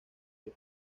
que